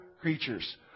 creatures